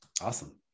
Awesome